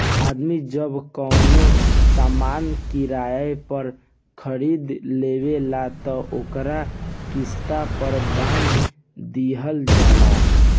आदमी जब कवनो सामान किराया पर खरीद लेवेला त ओकर किस्त पर बांध दिहल जाला